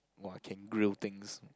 !wah! can grill things